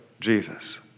Jesus